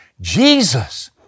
Jesus